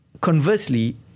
Conversely